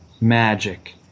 Magic